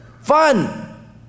fun